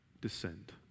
Descend